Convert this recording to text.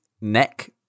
neck